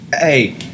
Hey